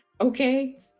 Okay